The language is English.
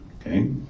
okay